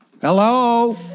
Hello